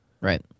Right